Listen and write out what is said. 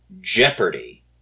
jeopardy